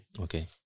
Okay